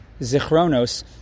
Zichronos